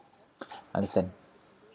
understand